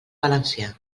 valencià